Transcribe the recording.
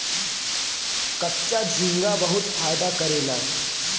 कच्चा झींगा बहुत फायदा करेला